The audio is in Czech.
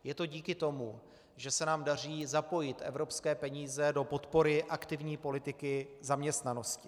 Je to díky tomu, že se nám daří zapojit evropské peníze do podpory aktivní politiky zaměstnanosti.